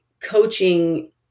coaching